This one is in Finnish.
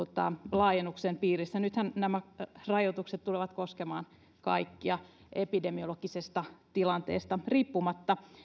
laajennuksen piirissä nythän nämä rajoitukset tulevat koskemaan kaikkia epidemiologisesta tilanteesta riippumatta